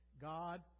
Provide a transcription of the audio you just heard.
God